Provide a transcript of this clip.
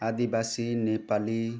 आदिवासी नेपाली